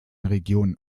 regionen